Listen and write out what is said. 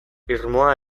irmoa